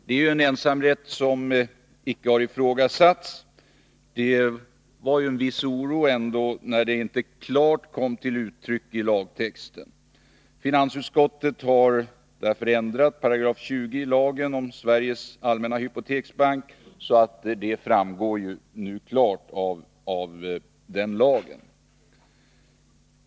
Det har dock uppstått en viss oro över att detta ej klart kommit till uttryck i lagtexten. Finansutskottet har därför ändrat i 20§ lagen om Sveriges allmänna hypoteksbank, så att det nu klart framgår i lagen.